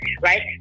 right